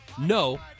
No